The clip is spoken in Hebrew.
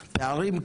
פערים,